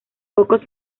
pocos